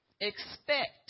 expect